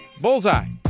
Bullseye